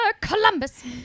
columbus